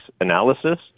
analysis